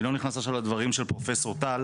אני לא נכנס עכשיו לדברים של פרופסור טל,